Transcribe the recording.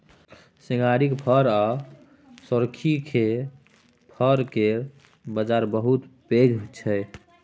सिंघारिक फर आ सोरखी केर फर केर बजार बहुत पैघ छै